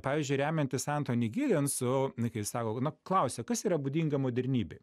pavyzdžiui remiantis antoni gidensu na kai jisai sako na klausia kas yra būdinga modernybei